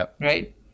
right